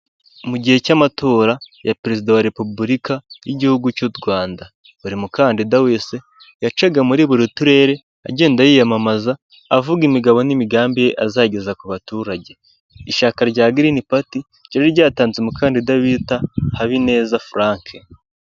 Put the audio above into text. Mu gihe cy'amatora ya perezida wa repubulika w'igihugu cy'u Rwanda, buri mukandida wese yacaga muri buri turere agenda yiyamamaza avuga imigabo n'imigambi ye azageza ku baturage, ishyaka rya Girini pati ryari ryatanze umukandida bita Habineza Frank.